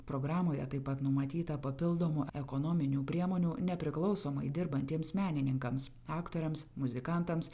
programoje taip pat numatyta papildomų ekonominių priemonių nepriklausomai dirbantiems menininkams aktoriams muzikantams